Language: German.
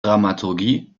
dramaturgie